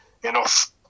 enough